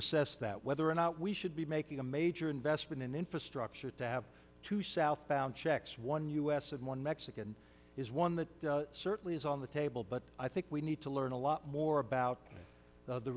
assess that whether or not we should be making a major investment in infrastructure to have two southbound checks one u s and one mexican is one that certainly is on the table but i think we need to learn a lot more about